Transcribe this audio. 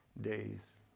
days